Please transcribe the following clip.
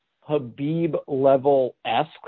Habib-level-esque